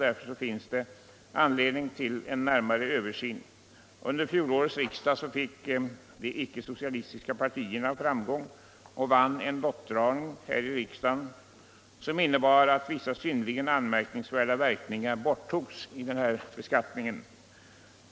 Därför är det befogat att göra en närmare Översyn. Under fjolårets riksdag fick de icke socialistiska partierna framgång och vann en lottdragning här i riksdagen, vilket innebar att vissa synnerligen anmärkningsvärda verkningar av den här beskattningen borttogs.